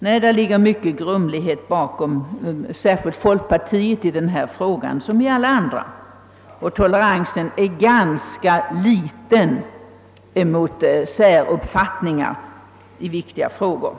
Nej, det ligger mycken grumlighet, särskilt inom folkpartiet, bakom denna fråga liksom i alla andra, och toleransen är där ganska liten mot säruppfattningar i viktiga frågor.